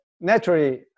naturally